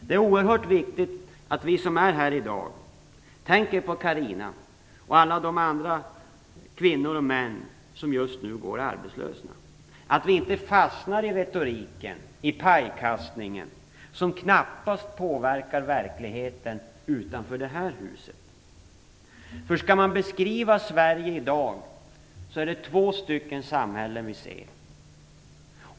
Det är oerhört viktigt att vi som är här i dag tänker på Carina och alla de andra kvinnor och män som just nu går arbetslösa. Vi får inte fastna i retoriken, i pajkastningen som knappast påverkar verkligheten utanför det här huset. Skall man beskriva Sverige i dag är det två samhällen man ser.